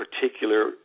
particular